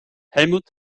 helmut